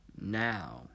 now